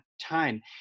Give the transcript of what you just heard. time